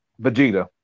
Vegeta